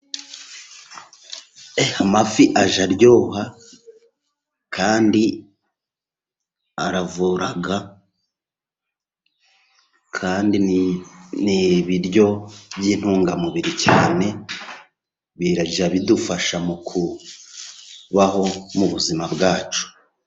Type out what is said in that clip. Amafi ajya aryoha kandi aravura, kandi ni ibiryo by'intungamubiri cyane, birajya bidufasha mukukubaho mu buzima bwacu.